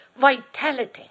vitality